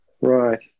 Right